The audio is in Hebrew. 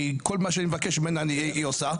וכל מה שאני מבקש ממנה היא עושה.